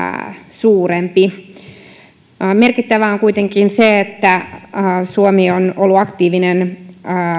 suurempi merkittävää on kuitenkin se että suomi on ollut aktiivinen